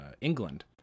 England